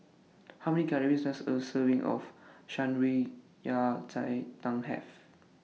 How Many Calories Does A Serving of Shan Rui Yao Cai Tang Have